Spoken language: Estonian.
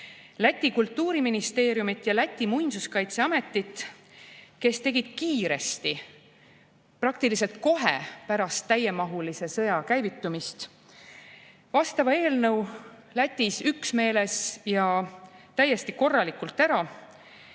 Läti kultuuriministeeriumi ja Läti muinsuskaitseametit, kes tegid kiiresti, praktiliselt kohe pärast täiemahulise sõja käivitumist, vastava eelnõu Lätis üksmeeles ja täiesti korralikult ära.